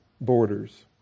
borders